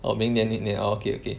oh 明年明年 orh okay okay